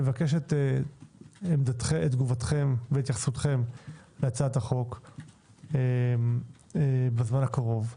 נבקש את תגובתכם והתייחסותכם להצעת החוק בזמן הקרוב,